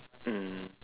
mm